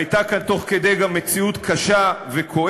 הייתה כאן תוך כדי גם מציאות קשה וכואבת,